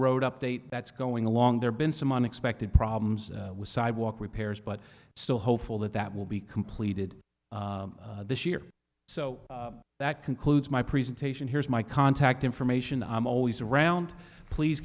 road update that's going along there been some unexpected problems with sidewalk repairs but still hopeful that that will be completed this year so that concludes my presentation here's my contact information i'm always around please